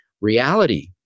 reality